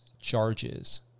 charges